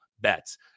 bets